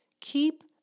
Keep